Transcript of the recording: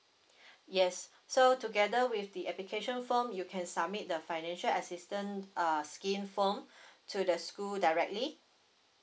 yes so together with the application form you can submit the financial assistance uh scheme form to the school directly